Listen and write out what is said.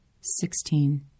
Sixteen